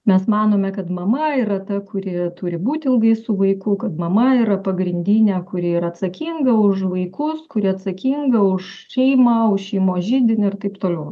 mes manome kad mama yra ta kuri turi būt ilgai su vaiku kad mama yra pagrindinė kuri yra atsakinga už vaikus kuri atsakinga už šeimą šeimos židinį ir taip toliau